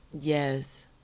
Yes